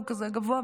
הוא כזה גבוה,